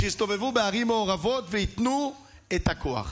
שיסתובבו בערים מעורבות וייתנו את הכוח.